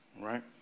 Right